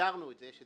והסדרנו את זה.